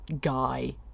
guy